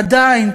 עדיין,